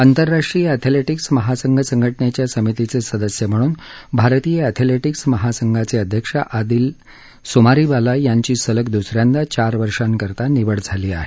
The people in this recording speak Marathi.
आंतरराष्ट्रीय एथलेटिक्स महासंघ संघटनेच्या समितीचे सदस्य म्हणून भारतीय एथलेटिक्स महासंघाचे अध्यक्ष आदिल सुमारीवाला यांची सलग दुसऱ्यांदा चार वर्षांसाठी निवड झाली आहे